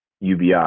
UBI